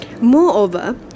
Moreover